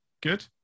Good